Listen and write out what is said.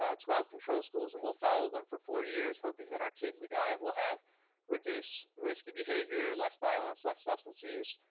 ah twelve control schools and we'll follow them for four years hoping that our kids that got it will have reduced risky behavior, less violence, less substance use,